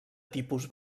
tipus